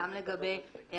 גם לגבי הממשלה,